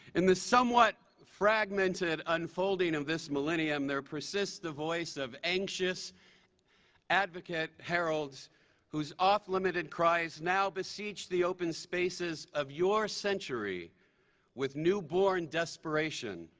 in the somewhat fragmented unfolding of this millennium there persists a voice of anxious advocate heralds whose off limited cries now precedes the open spaces of your century with newborn desperation.